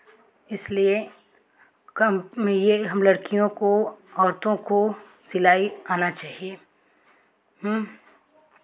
इसलिए कम ये हम लड़कियों को औरतों को सिलाई आना चाहिए